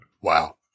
Wow